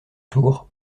tour